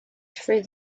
through